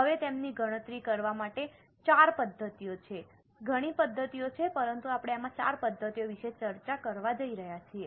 હવે તેમની ગણતરી કરવા માટે ચાર પદ્ધતિઓ છે ઘણી પદ્ધતિઓ છે પરંતુ આપણે આમાં ચાર પદ્ધતિઓ વિશે ચર્ચા કરવા જઈ રહ્યા છીએ